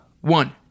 one